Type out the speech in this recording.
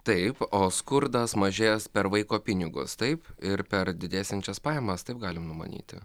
taip o skurdas mažės per vaiko pinigus taip ir per didėsiančias pajamas taip galim numanyti